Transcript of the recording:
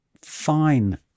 fine